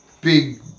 big